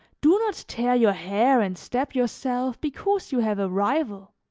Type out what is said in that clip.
do not tear your hair and stab yourself because you have a rival.